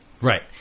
Right